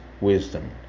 wisdom